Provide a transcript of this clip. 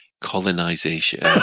colonization